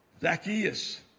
Zacchaeus